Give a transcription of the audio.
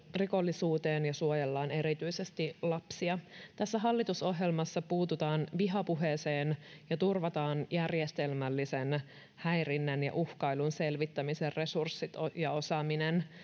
rikollisuuteen ja suojellaan erityisesti lapsia tässä hallitusohjelmassa puututaan vihapuheeseen ja turvataan järjestelmällisen häirinnän ja uhkailun selvittämisen resurssit ja osaaminen